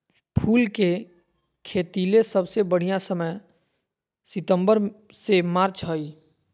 फूल के खेतीले सबसे बढ़िया समय सितंबर से मार्च हई